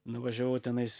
nuvažiavau tenais